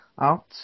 out